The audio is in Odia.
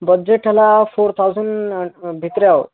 ବଜେଟ୍ ହେଲା ଫୋର୍ ଥାଉଜେଣ୍ଡ ଭିତିରେ ଆଉ